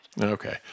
Okay